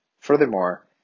Furthermore